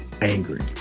angry